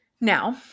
Now